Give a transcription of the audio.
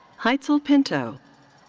hytzell pinto.